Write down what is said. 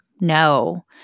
No